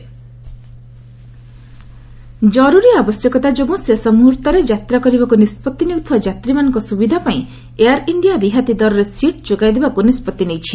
air India ଜରୁରୀ ଆବଶ୍ୟକତା ଯୋଗୁଁ ଶେଷ ମୁହ୍ରର୍ତ୍ତରେ ଯାତ୍ରା କରିବାକୁ ନିଷ୍ପଭି ନେଉଥିବା ଯାତ୍ରୀମାନଙ୍କ ସ୍ୱବିଧା ପାଇଁ ଏୟାର ଇଣ୍ଡିଆ ରିହାତି ଦରରେ ସିଟ୍ ଯୋଗାଇ ଦେବାକୁ ନିଷ୍ପତ୍ତି ନେଇଛି